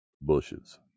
bushes